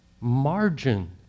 Margin